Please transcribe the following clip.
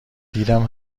دیدم